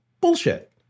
Bullshit